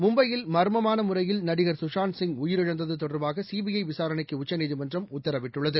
மும்பையில் மர்மமானமுறையில் சுஷாந்த் சிங் நடிகர் உயிரிழந்ததுதொடர்பாகசிபிஐவிசாரணைக்குஉச்சநீதிமன்றம் உத்தரவிட்டுள்ளது